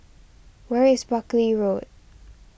where is Buckley Road